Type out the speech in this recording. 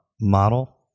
model